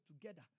together